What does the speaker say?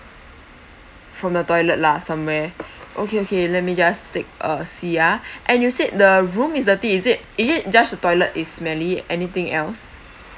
from the toilet lah somewhere okay okay let me just take a see ah and you said the room is dirty is it is it just a toilet is smelly anything else